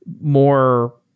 more